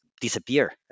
Disappear